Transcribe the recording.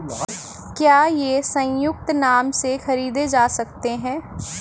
क्या ये संयुक्त नाम से खरीदे जा सकते हैं?